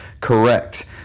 correct